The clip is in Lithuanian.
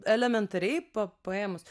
elementariai pa paėmus